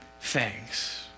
thanks